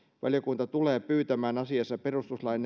valiokunta tulee pyytämään asiassa perustuslain